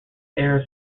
air